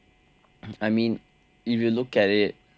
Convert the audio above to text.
I mean if you look at it